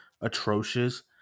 atrocious